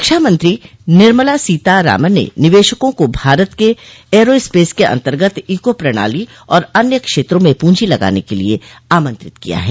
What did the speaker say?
रक्षा मंत्री निर्मला सीतारामन ने निवेशकों को भारत के एयरो स्पेस के अंतर्गत इको प्रणाली और अन्य क्षेत्रों में प्रंजी लगाने के लिए आमंत्रित किया है